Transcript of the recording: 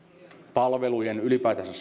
palvelujen saatavuuteen ylipäätänsä